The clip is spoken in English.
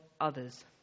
others